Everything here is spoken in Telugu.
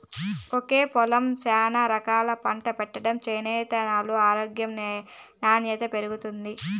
ఒకే పొలంలో శానా రకాలు పంట పెట్టడం చేత్తే న్యాల ఆరోగ్యం నాణ్యత పెరుగుతుంది